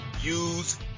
use